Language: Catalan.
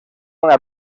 una